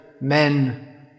men